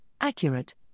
accurate